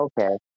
Okay